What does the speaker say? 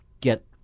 get